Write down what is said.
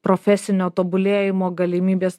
profesinio tobulėjimo galimybės